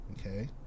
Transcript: okay